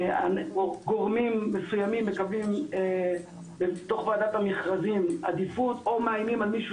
שגורמים מסויימים מקבלים בתוך ועדת המכרזים עדיפות או מאיימים על מישהו